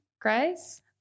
Grace